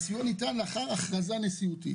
הדבר ניתן אחרי הכרזה נשיאותית.